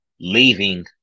leaving